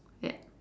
yup